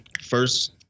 first